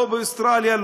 לא באוסטרליה,